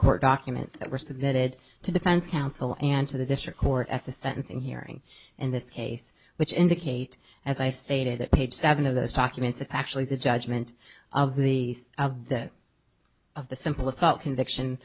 court documents that were submitted to defense counsel and to the district court at the sentencing hearing in this case which indicate as i stated that page seven of those documents it's actually the judgment of the that of the simple assault conviction